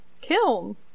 kiln